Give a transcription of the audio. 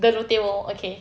the lotte world okay